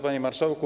Panie Marszałku!